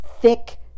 thick